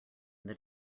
that